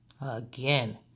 Again